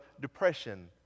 depression